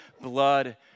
blood